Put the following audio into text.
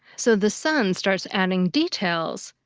so the son starts adding details,